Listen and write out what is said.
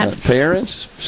parents